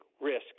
risk